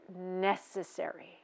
necessary